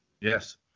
Yes